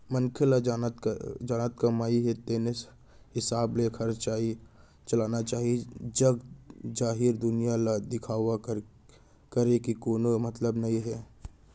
मनसे ल जतना कमई हे तेने हिसाब ले खरचा चलाना चाहीए जग जाहिर दुनिया ल दिखावा करे के कोनो मतलब नइ हे